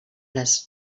les